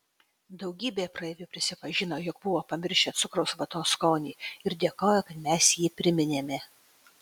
daugybė praeivių prisipažino jog buvo pamiršę cukraus vatos skonį ir dėkojo kad mes jį priminėme